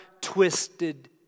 twisted